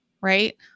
right